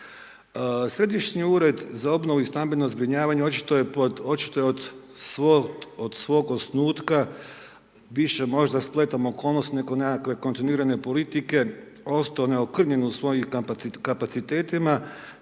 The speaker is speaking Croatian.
Središnji ured za obnovu i stambeno zbrinjavanje, očito je pod, očito je od svog osnutka, više možda spletom okolnosti nego nekakve kontinuirane politike, ostao neokrnjen u svojim kapacitetima,